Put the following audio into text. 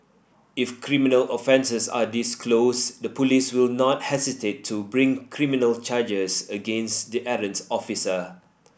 if criminal offences are disclosed the police will not hesitate to bring criminal charges against the errant officer